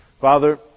Father